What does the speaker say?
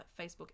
facebook